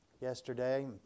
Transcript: Yesterday